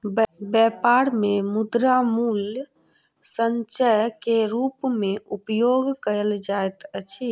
व्यापार मे मुद्रा मूल्य संचय के रूप मे उपयोग कयल जाइत अछि